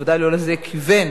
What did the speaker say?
בוודאי לא לזה כיוון.